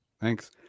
Thanks